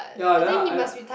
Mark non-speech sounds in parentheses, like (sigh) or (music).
ya then I (noise)